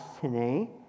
today